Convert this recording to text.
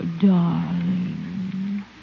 darling